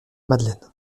madeleine